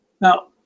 Now